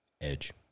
Edge